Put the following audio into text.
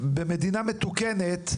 במדינת מתוקנת,